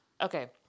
Okay